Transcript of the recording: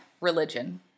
religion